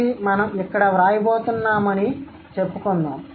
ఇది మనం ఇక్కడ వ్రాయబోతున్నామని చెప్పుకుందాం